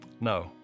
No